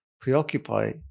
preoccupy